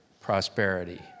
prosperity